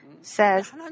says